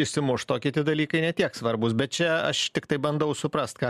išsimušt o kiti dalykai ne tiek svarbūs bet čia aš tiktai bandau suprast ką